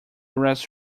arrest